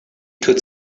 could